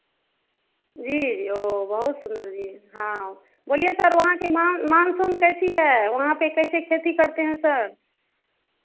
जी जी ओ बहुत सुंदर जी हाँ ओ बोलिए सर वहाँ के मानसून कैसी है वहाँ पे कैसे खेती करते हैं सब